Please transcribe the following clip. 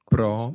Pro